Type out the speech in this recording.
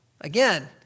Again